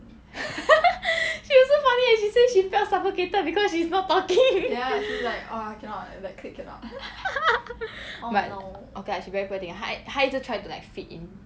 she was so funny eh she say she felt suffocated because she's not talking but okay lah she very poor thing 她她一直 try to like fit in